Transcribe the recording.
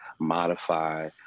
modify